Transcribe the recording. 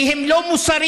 כי הם לא מוסריים.